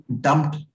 dumped